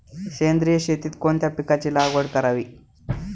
सेंद्रिय शेतीत कोणत्या पिकाची लागवड करावी?